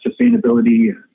sustainability